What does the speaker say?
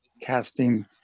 casting